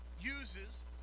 uses